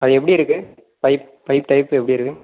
அது எப்படி இருக்குது பைப் டைப் எப்படியிருக்கு